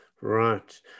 Right